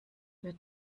wird